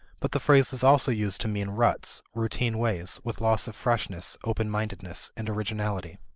but the phrase is also used to mean ruts, routine ways, with loss of freshness, open-mindedness, and originality.